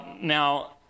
Now